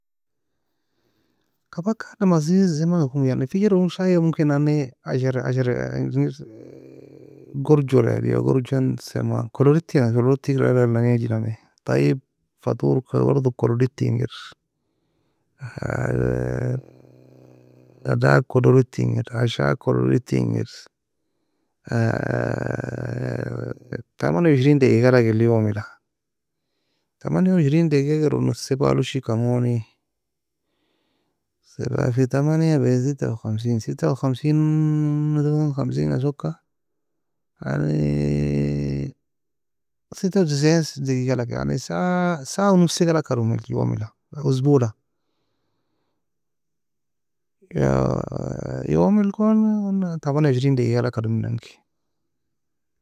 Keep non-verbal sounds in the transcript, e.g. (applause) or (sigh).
Kabaka adem asiee zemenga komo yani, fejiro shayga mumkina inannae عشرة عشرة engir gorjo la gorjon sama kolodoti yani, kolodoti kir ala naejenami, طيب fatorka برضو (hesitation) kolodoti engir. (hesitation) ghadag kolodoi engir, ashag kolodoi engir. (hesitation) تمنية وعشرين دقيقة galag eli yomila. تمنية وعشرين dagiga eronon sebala ushikan goni, سبعة في تمنية بستة وخمسين (hesitation) ستة وخمسين naton kamsinga soka yani (hesitation) يعني ستة وتسعين دقيقة galag, يعني ساعة ساعة ونص galagka domir yomila, usbola, (hesitation) yomil goni تمنية وعشرين دقيقة galagka dominan gagi.